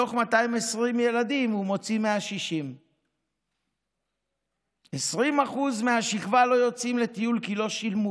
מתוך 220 ילדים הוא מוציא 160. 20% מהשכבה לא יצאו לטיול כי לא שילמו